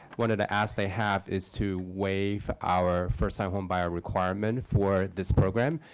one of the asks they have is to waive our first-time homebuyer requirement for this program.